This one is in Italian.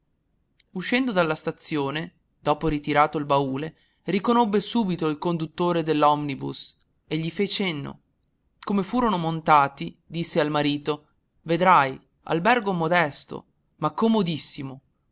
uscendo dalla stazione dopo ritirato il baule riconobbe subito il conduttore dell'omnibus e gli fe cenno come furono montati disse al marito vedrai albergo modesto ma comodissimo